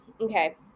okay